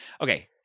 Okay